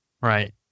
Right